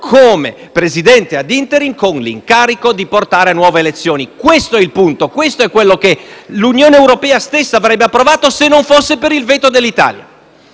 come Presidente *ad interim*, con l'incarico di portare a nuove elezioni. Questo è il punto. Questo è quello che l'Unione europea stessa avrebbe approvato se non fosse per il veto dell'Italia.